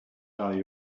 value